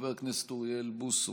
חבר הכנסת אוריאל בוסו,